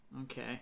okay